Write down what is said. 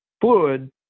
fluid